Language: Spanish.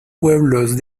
pueblos